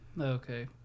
okay